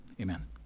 amen